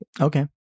Okay